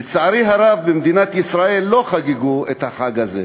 לצערי הרב, במדינת ישראל לא חגגו את החג הזה